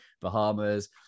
Bahamas